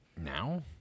now